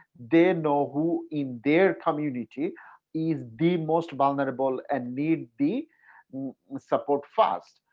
they know who in their community is the most vulnerable and need the support first.